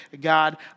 God